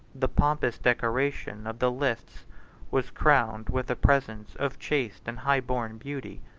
the pompous decoration of the lists was crowned with the presence of chaste and high-born beauty,